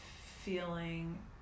feeling